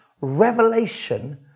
revelation